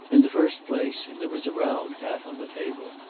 in the first place, there was a round hat on the table,